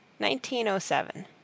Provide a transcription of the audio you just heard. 1907